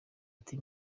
ati